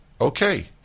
Okay